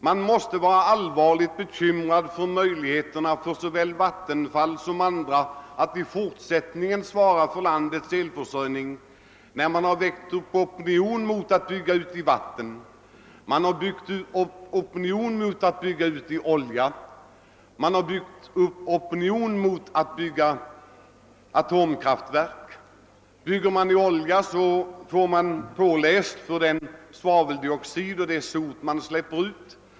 Vi måste vara allvarligt bekymrade för såväl Vattenfalls som andras möjligheter att i fortsättningen svara för landets elförsörjning, när man har väckt upp opinioner mot utbyggnad av vattenkraft, mot uppförande av oljeeldade kraftverk och mot anläggning av atomkraftverk. Bygger man ett oljeeldat kraftverk, får man höra att man släpper ut för mycket svaveldioxid och sot.